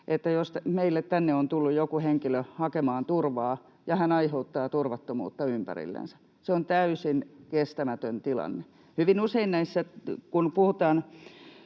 tänne meille on tullut joku henkilö hakemaan turvaa ja hän aiheuttaa turvattomuutta ympärilleen. Se on täysin kestämätön tilanne. Hyvin usein näissä, kun puhutaan